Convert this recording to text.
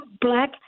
black